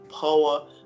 power